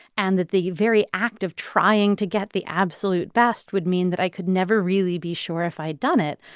and that the very act of trying to get the absolute best would mean that i could never really be sure if i'd done it.